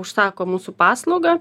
užsako mūsų paslaugą